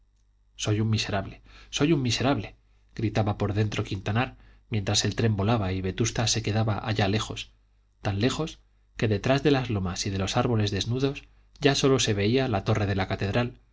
soy un miserable soy un miserable gritaba por dentro quintanar mientras el tren volaba y vetusta se quedaba allá lejos tan lejos que detrás de las lomas y de los árboles desnudos ya sólo se veía la torre de la catedral